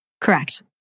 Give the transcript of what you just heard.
Correct